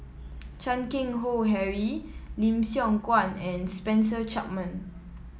Chan Keng Howe Harry Lim Siong Guan and Spencer Chapman